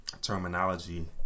Terminology